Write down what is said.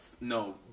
no